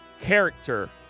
character